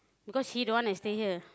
because he don't wanna stay here